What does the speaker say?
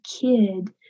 kid